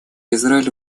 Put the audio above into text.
израиль